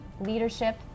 leadership